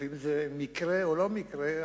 ומקרה או לא מקרה,